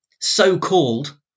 so-called